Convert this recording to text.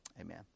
Amen